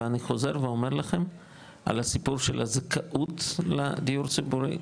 ואני חוזר ואומר לכם על הסיפור של הזכאות לדיור ציבורי,